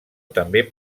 també